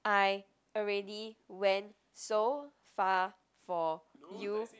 I already went so far for you